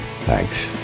Thanks